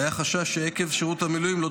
והיה חשש שעקב שירות המילואים הן לא